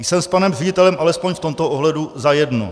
Jsem s panem ředitelem alespoň v tomto ohledu za jedno.